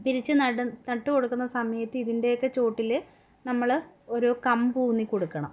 പിരിച്ച് നട്ടു കൊടുക്കുന്ന സമയത്ത് ഇതിൻ്റെയൊക്കെ ചുവട്ടിൽ നമ്മൾ ഓരോ കമ്പ് ഊന്നിക്കൊടുക്കണം